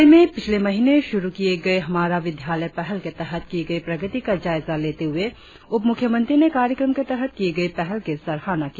जिले में पिछले महीने शुरु किए गए हमारा विद्यालय पहल के तहत की गई प्रगति का जायजा लेते हुए उप मुख्यमंत्री ने कार्यक्रम के तहत की गई पहल की सराहना की